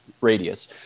radius